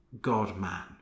God-man